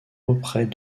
auprès